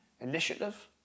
initiative